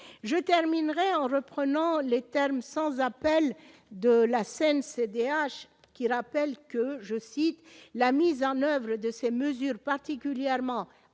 je terminerai en reprenant les termes sans appel de la scène CDH, qui rappelle que, je cite, la mise en oeuvre de ces mesures particulièrement attentatoire